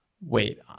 Wait